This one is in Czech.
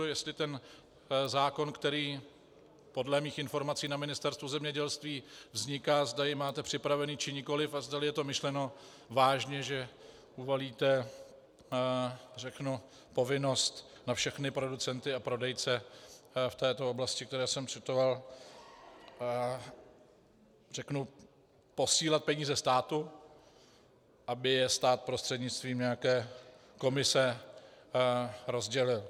Jestli zákon, který podle mých informací na Ministerstvu zemědělství vzniká, zda jej máte připravený, či nikoliv a zdali je to myšleno vážně, že uvalíte povinnost na všechny producenty a prodejce v této oblasti, které jsem citoval, posílat peníze státu, aby je stát prostřednictvím nějaké komise rozdělil.